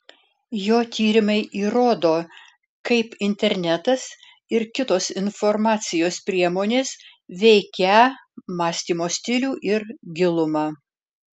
jo tyrimai įrodo kaip internetas ir kitos informacijos priemonės veikią mąstymo stilių ir gilumą